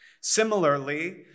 Similarly